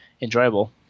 enjoyable